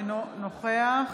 אינו נוכח